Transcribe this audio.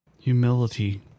Humility